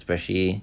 especially